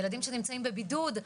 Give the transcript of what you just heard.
ילדים שנמצאים בבידוד,